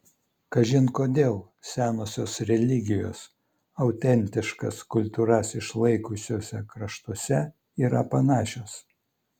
kažin kodėl senosios religijos autentiškas kultūras išlaikiusiuose kraštuose yra panašios